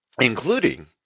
including